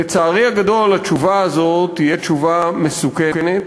לצערי הגדול, התשובה הזו תהיה תשובה מסוכנת,